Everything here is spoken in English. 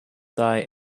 die